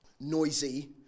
noisy